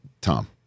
Tom